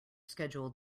scheduled